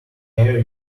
air